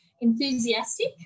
enthusiastic